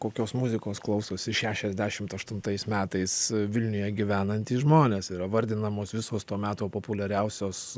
kokios muzikos klausosi šešiasdešimt aštuntais metais vilniuje gyvenantys žmonės yra vardinamos visos to meto populiariausios